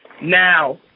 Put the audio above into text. Now